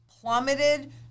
plummeted